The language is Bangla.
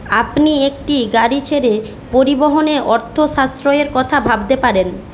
আপনি একটি গাড়ি ছেড়ে পরিবহনে অর্থ সাশ্রয়ের কথা ভাবতে পারেন